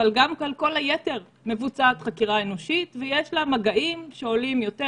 אבל גם על כל היתר מבוצעת חקירה אנושית ויש לה מגעים שעולים יותר,